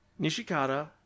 Nishikata